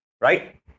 right